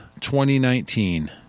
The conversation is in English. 2019